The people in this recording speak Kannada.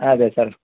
ಅದೇ ಸರ್